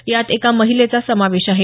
यात एका महिलेचा समावेश आहे